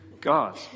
God